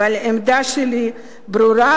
אבל העמדה שלי ברורה,